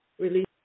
release